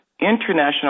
international